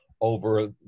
over